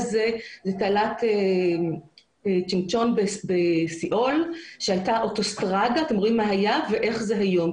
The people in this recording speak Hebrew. תעלת צ'ינצ'ון בסיאול שהייתה אוטוסטרדה ואתם רואים מה היה ואיך זה היום.